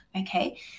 okay